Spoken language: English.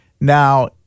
Now